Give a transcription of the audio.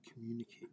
communicate